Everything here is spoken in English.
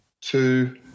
two